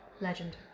Legend